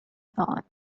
thought